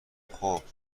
خوبه